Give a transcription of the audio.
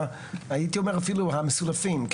הייתי אומר אפילו המסולפים,